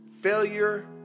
Failure